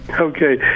Okay